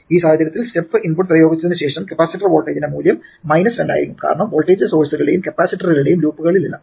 ഈ സാഹചര്യത്തിൽ step input പ്രയോഗിച്ചതിനു ശേഷം കപ്പാസിറ്റർ വോൾട്ടേജിന്റെ മൂല്യം 2 ആയിരിക്കും കാരണം വോൾട്ടേജ് സോഴ്സുകളുടെയും കപ്പാസിറ്ററുകളുടെയും ലൂപ്പുകളില്ല